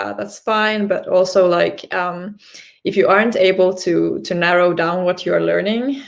ah that's fine, but also like if you aren't able to to narrow down what you are learning,